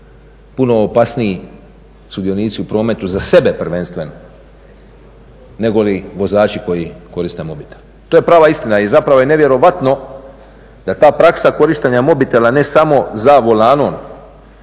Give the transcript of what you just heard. puno opasniji sudionici u prometu, za sebe prvenstveno, negoli vozači koji koriste mobitel. To je prava istina i zapravo je nevjerojatno da ta praksa korištenja mobitela ne samo za volanom